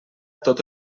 tot